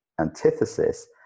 antithesis